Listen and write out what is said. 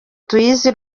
tuyizi